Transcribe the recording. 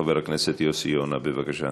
חבר הכנסת יוסי יונה, בבקשה.